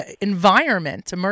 environment